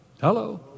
Hello